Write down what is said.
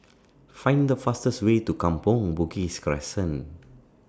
Find The fastest Way to Kampong Bugis Crescent